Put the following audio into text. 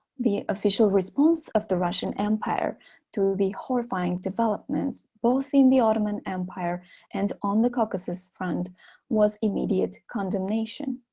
the official response of the russian empire to the horrifying developments, both in the ottoman empire and on the caucasus front was immediate condemnation